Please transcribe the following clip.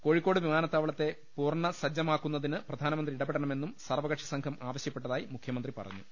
കോഴിക്കോട് വിമാനത്താവളത്തെ പൂർണ സജ്ജ മാക്കുന്നതിന് പ്രധാനമന്ത്രി ഇടപെടണമെന്നും സർവ കക്ഷി സംഘം ആവശ്യപ്പെട്ടതായി മുഖ്യമന്ത്രി പറഞ്ഞു